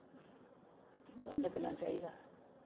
पता लग्गना चाहिदा